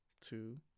two